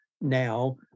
now